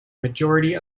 majority